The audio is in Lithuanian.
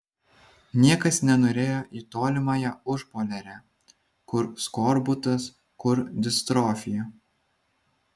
niekas nenorėjo į tolimąją užpoliarę kur skorbutas kur distrofija